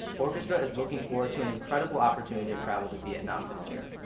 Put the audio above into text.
orchestra is looking forward to an incredible opportunity to travel to vietnam this year.